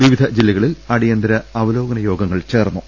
വിവിധ ജില്ലകളിൽ അട്ടിയന്തിരുഅവലോകന യോഗങ്ങൾ ചേർന്നു